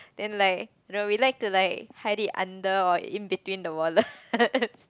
then like you know we like to like hide it under or in between the wallets